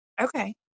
Okay